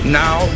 now